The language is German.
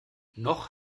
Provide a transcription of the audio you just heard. noch